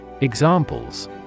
Examples